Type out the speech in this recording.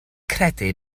credu